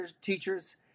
teachers